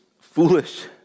foolish